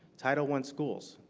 title one schools,